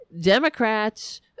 Democrats